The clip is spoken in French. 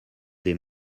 des